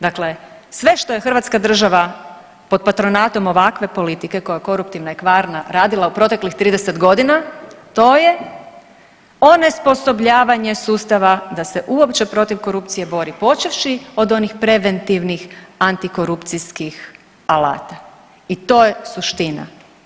Dakle, sve što je Hrvatska država pod patronatom ovakve politike koja je koruptivna i kvarna radila u proteklih 30 godina, to je onesposobljavanje sustava da se uopće protiv korupcije bori, počevši od onih preventivnih antikorupcijskih alata i to je suština.